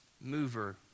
mover